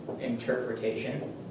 interpretation